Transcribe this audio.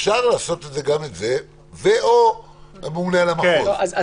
אפשר לעשות גם את ו/או הממונה על המחוז.